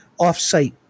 offsite